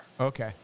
Okay